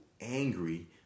angry